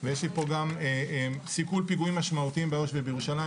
ויש לי פה גם סיכול פיגועים משמעותיים ביו"ש ובירושלים,